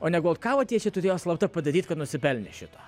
o negu ot ką jie turėjo čia slapta padaryt kad nusipelnė šito